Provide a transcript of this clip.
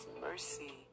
mercy